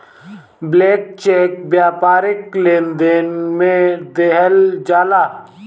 blank cheque व्यापारिक लेनदेन में देहल जाला